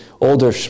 older